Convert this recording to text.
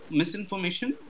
misinformation